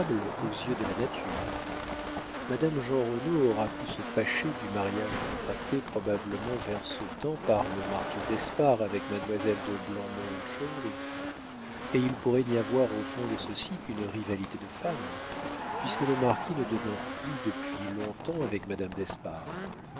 aux yeux de la nature madame jeanrenaud aura pu se fâcher du mariage contracté probablement vers ce temps par le marquis d'espard avec mademoiselle de blamont-chauvry et il pourrait n'y avoir au fond de ceci qu'une rivalité de femme puisque le marquis ne demeure plus depuis long-temps avec madame d'espard